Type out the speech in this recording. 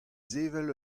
sevel